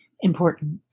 important